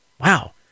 wow